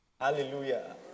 Hallelujah